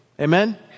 Amen